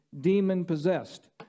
demon-possessed